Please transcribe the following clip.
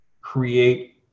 create